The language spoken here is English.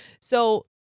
So-